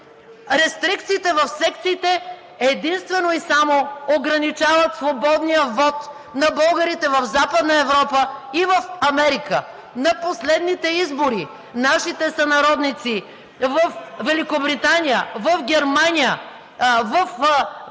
Рестрикциите в секциите единствено и само ограничават свободния вот на българите в Западна Европа и в Америка. На последните избори нашите сънародници във Великобритания, в Германия, в Чикаго